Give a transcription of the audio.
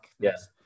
Yes